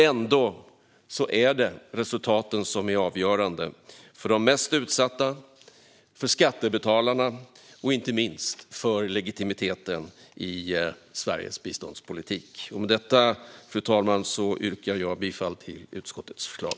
Ändå är det resultaten som är avgörande för de mest utsatta, för skattebetalarna och inte minst för legitimiteten i Sveriges biståndspolitik. Fru talman! Jag yrkar bifall till utskottets förslag.